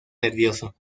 nervioso